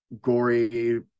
gory